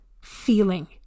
feeling